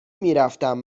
میرفتم